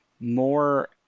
more